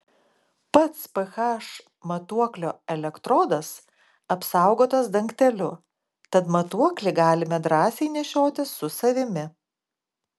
pats ph matuoklio elektrodas apsaugotas dangteliu tad matuoklį galime drąsiai nešiotis su savimi